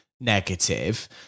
negative